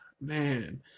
man